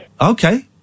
Okay